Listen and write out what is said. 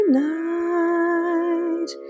night